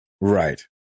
Right